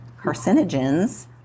Carcinogens